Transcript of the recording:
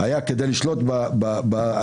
כדי לשלוט בהליך,